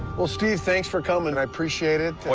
well, steve, thanks for coming. i appreciate it.